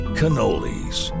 cannolis